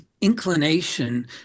inclination